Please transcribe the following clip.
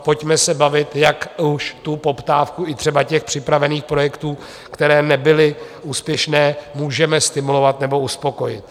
Pojďme se bavit, jak už tu poptávku i třeba připravených projektů, které nebyly úspěšné, můžeme stimulovat nebo uspokojit.